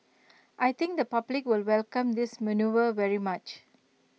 I think the public will welcome this manoeuvre very much